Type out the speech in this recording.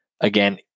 again